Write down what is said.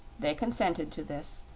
they consented to this,